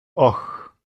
och